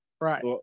Right